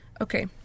Okay